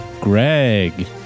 Greg